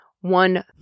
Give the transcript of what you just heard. One